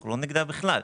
אנחנו לא נגדה בכלל.